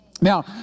Now